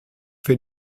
für